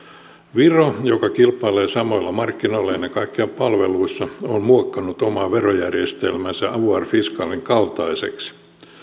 viro joka kilpailee samoilla markkinoilla ennen kaikkea palveluissa on muokannut omaa verojärjestelmäänsä avoir fiscalin kaltaiseksi